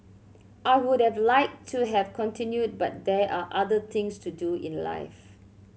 I would have liked to have continued but there are other things to do in life